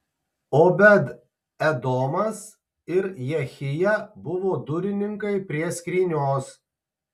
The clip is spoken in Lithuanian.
obed edomas ir jehija buvo durininkai prie skrynios